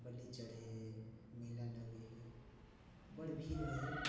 बलि चढ़ै है मेला लगै है बाद भीड़ होइ है